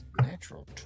natural